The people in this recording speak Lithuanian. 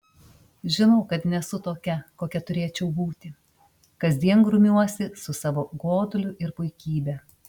žinau kad nesu tokia kokia turėčiau būti kasdien grumiuosi su savo goduliu ir puikybe